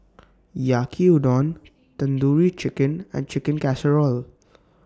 Yaki Udon Tandoori Chicken and Chicken Casserole